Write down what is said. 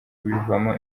bivamo